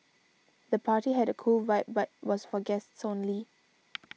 the party had a cool vibe but was for guests only